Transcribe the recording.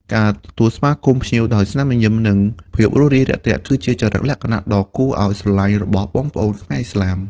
ការទទួលស្វាគមន៍ភ្ញៀវដោយស្នាមញញឹម និងភាពរួសរាយរាក់ទាក់ គឺជាចរិតលក្ខណៈដ៏គួរឱ្យស្រឡាញ់របស់បងប្អូនខ្មែរឥស្លាម។